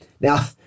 Now